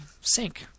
sink